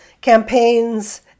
campaigns